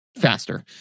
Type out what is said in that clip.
faster